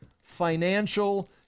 financial